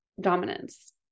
dominance